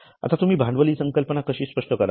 आता तुम्ही भांडवल हि संकल्पना कशी स्पष्ट कराल